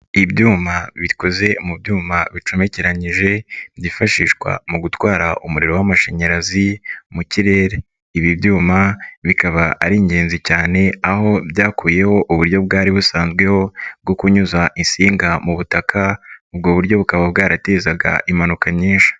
Ibyuma bikoze mu byuma bicomekeranyije byifashishwa mu gutwara umuriro w'amashanyarazi mu kirere, ibi byuma bikaba ari ingenzi cyane aho byakuyeho uburyo bwari busanzweho bwo kunyuza insinga mu butaka, ubwo buryo bukaba bwaratezaga impanuka nyinshi.